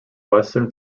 western